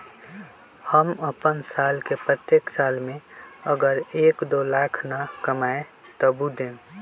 हम अपन साल के प्रत्येक साल मे अगर एक, दो लाख न कमाये तवु देम?